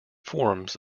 forms